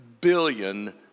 billion